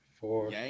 four